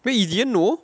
wait you didn't know